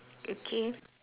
okay